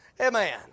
Amen